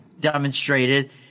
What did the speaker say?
demonstrated